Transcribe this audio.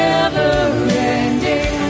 Never-ending